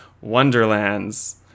wonderlands